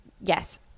yes